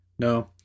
No